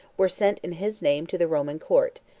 were sent in his name to the roman court,